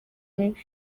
mibi